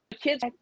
kids